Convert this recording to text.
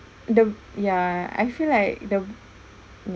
the ya I feel like the